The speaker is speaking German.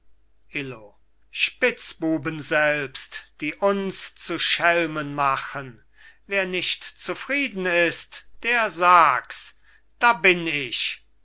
illo spitzbuben selbst die uns zu schelmen machen wer nicht zufrieden ist der sags da bin ich